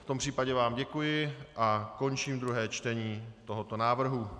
V tom případě vám děkuji a končím druhé čtení tohoto návrhu.